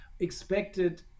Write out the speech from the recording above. expected